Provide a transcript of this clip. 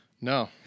No